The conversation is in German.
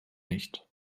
nicht